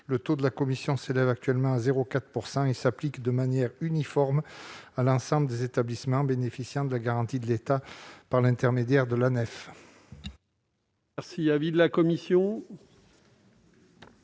Le taux de la commission s'élève actuellement à 0,4 %. Il s'applique de manière uniforme à l'ensemble des établissements bénéficiant de la garantie de l'État par l'intermédiaire de l'Anefe.